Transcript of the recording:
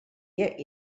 get